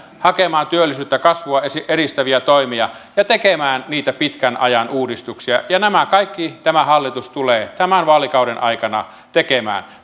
hakemaan työllisyyttä ja kasvua edistäviä toimia ja tekemään niitä pitkän ajan uudistuksia ja nämä kaikki tämä hallitus tulee tämän vaalikauden aikana tekemään